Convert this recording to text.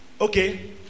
okay